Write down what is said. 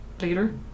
later